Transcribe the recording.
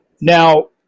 now